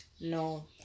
no